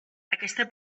aquesta